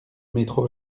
métro